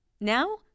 Now